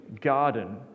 garden